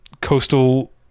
coastal